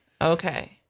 Okay